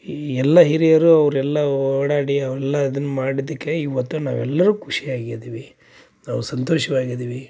ಈ ಎಲ್ಲ ಹಿರಿಯರು ಅವರೆಲ್ಲ ಓಡಾಡಿ ಅವರೆಲ್ಲ ಅದನ್ನು ಮಾಡಿದ್ದಕ್ಕೆ ಇವತ್ತು ನಾವೆಲ್ಲರೂ ಖುಷಿಯಾಗಿದ್ವಿ ನಾವು ಸಂತೋಷವಾಗಿದ್ದೀವಿ